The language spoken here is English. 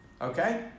Okay